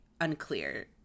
unclear